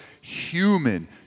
human